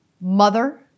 mother